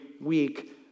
week